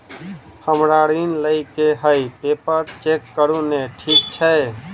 हमरा ऋण लई केँ हय पेपर चेक करू नै ठीक छई?